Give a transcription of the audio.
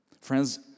Friends